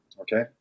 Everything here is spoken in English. Okay